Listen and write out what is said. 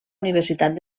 universitat